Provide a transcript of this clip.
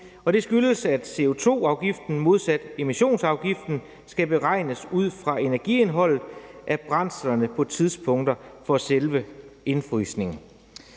det skyldes, at CO2-afgiften modsat emissionsafgiften skal beregnes ud fra energiindholdet af brændslerne på tidspunktet for selve indefrysningen.